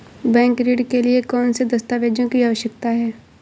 Bank ऋण के लिए कौन से दस्तावेजों की आवश्यकता है?